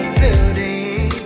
building